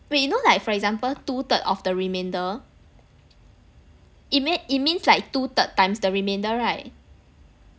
wait you know like for example two third of the remainder it mea~ it means like two third times the remainder right